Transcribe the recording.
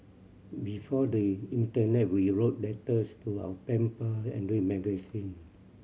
before the in internet we wrote letters to our pen pal and read magazine